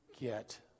get